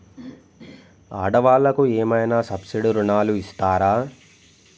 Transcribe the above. ఆడ వాళ్ళకు ఏమైనా సబ్సిడీ రుణాలు ఇస్తారా?